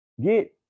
get